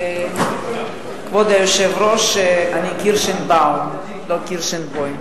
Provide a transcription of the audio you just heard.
כבוד היושב-ראש, אני קירשנבאום, לא קירשנבוים.